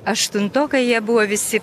aštuntokai jie buvo visi